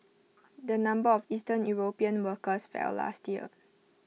the number of eastern european workers fell last year